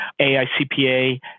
AICPA